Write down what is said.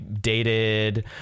dated